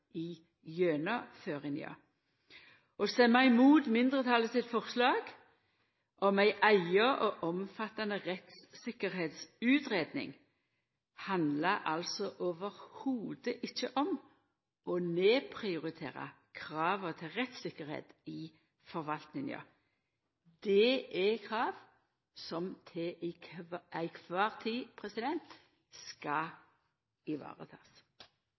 i gjennomføringa. Å stemma imot mindretalet sitt forslag om ei eiga og omfattande utgreiing av rettstryggleiken handlar altså i det heile ikkje om å nedprioritera krava til rettstryggleik i forvaltninga. Det er krav som heile tida skal varetakast. Noen merknader fra Venstre, siden vi også er medforslagsstiller til